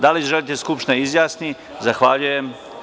Da li želite da se Skupština izjasni? (Da.) Zahvaljujem.